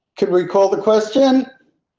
can we call the question?